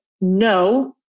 no